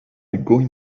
going